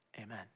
Amen